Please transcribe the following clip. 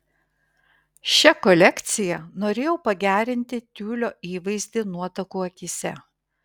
šia kolekcija norėjau pagerinti tiulio įvaizdį nuotakų akyse